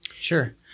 Sure